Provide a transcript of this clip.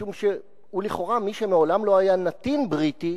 משום שלכאורה, מי שמעולם לא היה נתין בריטי,